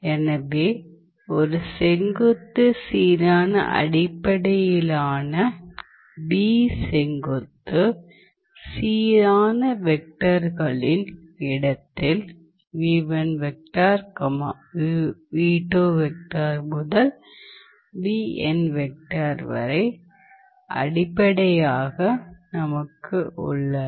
எனவே ஒரு செங்குத்து சீரான அடிப்படையிலான V செங்குத்து சீரான வெக்டார்களின் இடத்தில் அடிப்படையாக நமக்கு உள்ளது